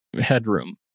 headroom